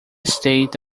state